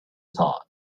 thought